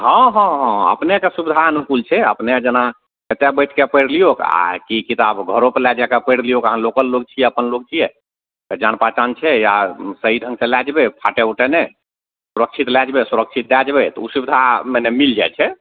हँ हँ हँ अपनेके सुविधा अनुकूल छै अपने जेना एतऽ बैठ कऽ पढ़ि लियौक आओर की किताब घरोपर लए जा कऽ पढ़ि लियौक अहाँ लोकल लोक छियै अपन लोक छियै जान पहचान छै या सही ढङ्गसँ लए जेबय फाटय उटय नहि सुरक्षित लए जेबय सुरक्षित दए जेबय तऽ उ सुविधा मने मिल जाइ छै